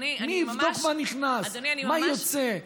מי יבדוק מה נכנס, מה יוצא?